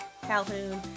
Calhoun